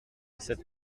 sept